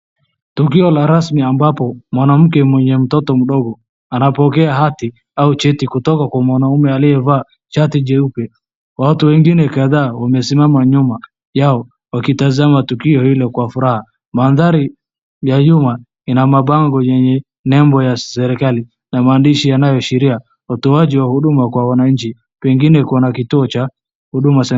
Tukio la rasmi ambapo mwanamke mwenye mtoto mdogo anapokea hati au cheti kutoka kwa mwanaume aliyevaa shati jeupe. Watu wengine kadhaa wamesimama nyuma yao wakitazama tukio hilo kwa furaha. Mandhari ya nyuma ina mabango yenye nembo ya serikali na maandishi yanayoashiria utoaji wa huduma kwa wananchi. Pengine kuna kituo cha huduma.